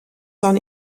son